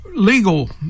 legal